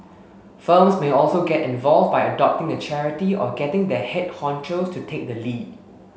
firms may also get involved by adopting a charity or getting their head honchos to take the lead